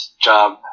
job